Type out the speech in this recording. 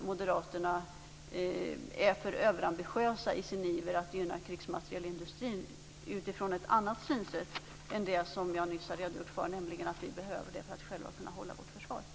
Moderaterna är för överambitiösa i sin iver att gynna krigsmaterielindustrin utifrån ett annat synsätt än det som jag nyss har redogjort för, nämligen det att vi behöver en krigsmaterielindustri för att själva kunna hålla oss med ett försvar.